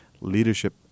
leadership